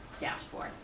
dashboard